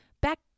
back